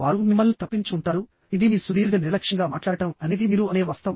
వారు మిమ్మల్ని తప్పించుకుంటారు ఇది మీ సుదీర్ఘ నిర్లక్ష్యంగా మాట్లాడటం అనేది మీరు అనే వాస్తవం